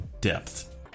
depth